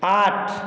आठ